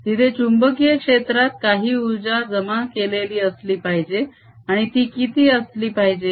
तिथे चुंबकीय क्षेत्रात काही उर्जा जमा केलेली असली पाहिजे आणि ती किती असली पाहिजे